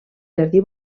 jardí